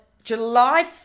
July